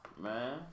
Man